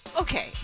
Okay